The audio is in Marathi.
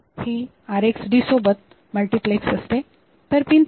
0 ही RxD सोबत मल्टिप्लेक्स असते तर पिन 3